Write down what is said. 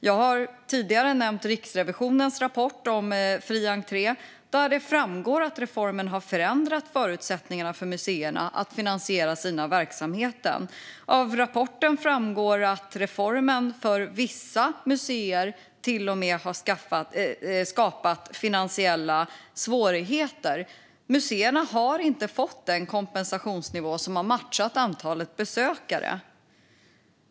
Jag har tidigare nämnt Riksrevisionens rapport om fri entré, där det framgår att reformen har förändrat förutsättningarna för museerna att finansiera sina verksamheter. Av rapporten framgår att reformen för vissa museer till och med har skapat finansiella svårigheter. Museerna har inte fått en kompensationsnivå som har matchat antalet besökare.